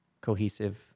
cohesive